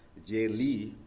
j. li,